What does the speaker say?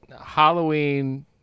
Halloween